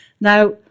Now